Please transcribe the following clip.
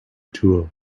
tool